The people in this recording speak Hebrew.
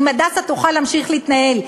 אם "הדסה" יוכל להמשיך להתנהל,